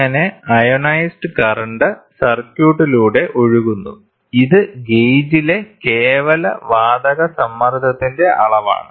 അങ്ങനെ ionised current സർക്യൂട്ടിലൂടെ ഒഴുകുന്നു ഇത് ഗേജിലെ കേവല വാതക സമ്മർദ്ദത്തിന്റെ അളവാണ്